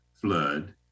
flood